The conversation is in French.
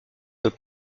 peut